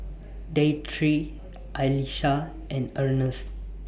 Deidre Allyssa and Earnest